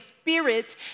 spirit